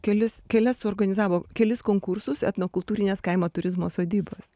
kelis kelias suorganizavo kelis konkursus etnokultūrinės kaimo turizmo sodybos